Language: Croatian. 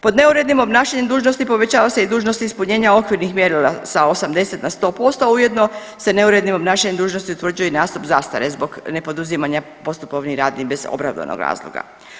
Pod neurednim obnašanjem dužnosti povećava se i dužnost ispunjenja okvirnih mjerila sa 80 na 100%, a ujedno se neurednim obnašanjem dužnosti utvrđuje i nastup zastare zbog nepoduzimanja postupovnih radnji bez opravdanog razloga.